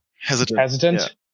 hesitant